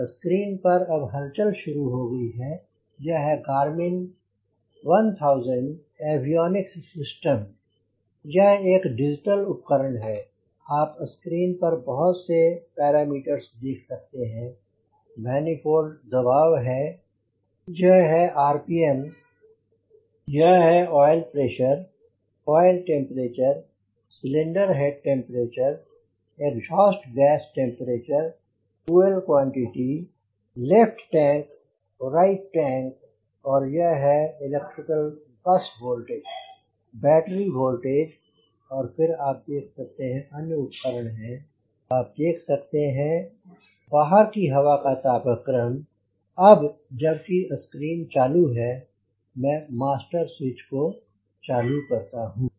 और स्क्रीन पर अब हलचल शुरू हो गयी है यह है गार्मिन 1000 एवियोनिक्स सिस्टम यह एक डिजिटल उपकरण है आप स्क्रीन पर बहुत से पैरामीटर देख सकते हैं मनिफोल्ड दबाव यह है आरपीएम यह है oil pressure oil temperature cylinder head temperature exhaust gas temperature fuel quantity left tank right tank यह है electrical bus voltage battery voltage और फिर आप देख सकते हैं अन्य कई उपकरण हैं आप देख सकते हैं बहार की हवा का तापक्रम अब जब कि यह स्क्रीन चालू है मैं मास्टर स्विच को चालू करता हूँ